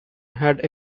had